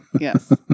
yes